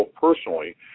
personally